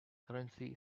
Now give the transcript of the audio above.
currency